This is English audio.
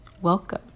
Welcome